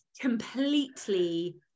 completely